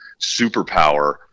superpower